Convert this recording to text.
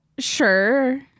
Sure